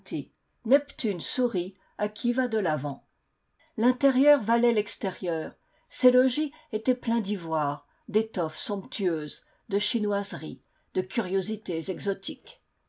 neptune sourit à qui va de l'avant l'intérieur valait l'extérieur ces logis étaient pleins d'ivoires d'étoffes somptueuses de chinoiseries de curiosités exotiques